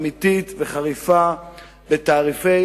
אמיתית וחריפה בתעריפי